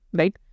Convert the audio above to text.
right